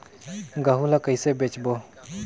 गहूं ला कइसे बेचबो?